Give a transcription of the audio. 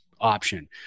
option